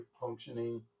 functioning